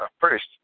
first